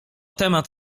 temat